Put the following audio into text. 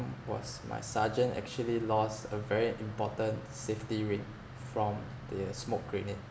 was my sergeant actually lost a very important safety ring from the uh smoke grenade